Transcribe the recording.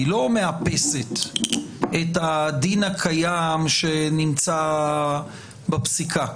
היא לא מאפסת את הדין הקיים שנמצא בפסיקה.